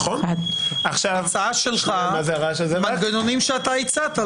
ההצעה שלך והמנגנונים שהצעת.